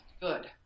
good